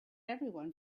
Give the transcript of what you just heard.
everyone